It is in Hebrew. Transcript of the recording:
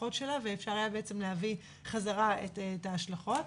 ההשלכות שלה ואפשר היה להביא בחזרה את ההשלכות.